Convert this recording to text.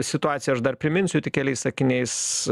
situaciją aš dar priminsiu tik keliais sakiniais